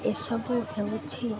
ଏସବୁ ହେଉଛି